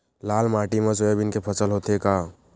लाल माटी मा सोयाबीन के फसल होथे का?